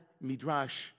Midrash